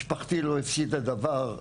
משפחתי לא הפסידה דבר,